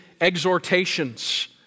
exhortations